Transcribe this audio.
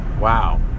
Wow